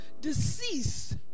deceased